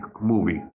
movie